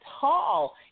tall